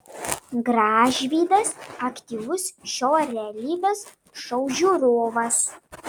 gražvydas aktyvus šio realybės šou žiūrovas